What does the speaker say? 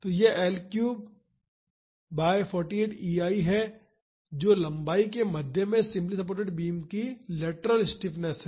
तो यह L3बाई 48 EI है जो लम्बाई के मध्य में सिम्पली सपोर्टेड बीम की लेटरल स्टिफनेस है